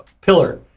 pillar